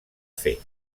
fer